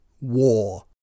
war